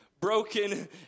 broken